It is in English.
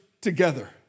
together